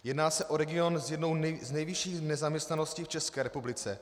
Jedná se o region s jednou z nejvyšších nezaměstnaností v České republice.